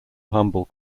humble